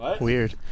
weird